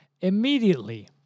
immediately